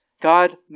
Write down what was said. God